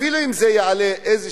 אפילו אם זה יעלה כסף.